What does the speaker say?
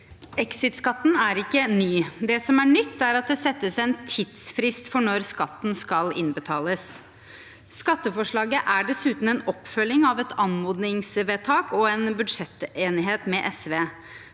Exit-skatten er ikke ny. Det som er nytt, er at det settes en tidsfrist for når skatten skal innbetales. Skatteforslaget er dessuten en oppfølging av et anmodningsvedtak og en budsjettenighet med SV.